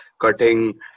cutting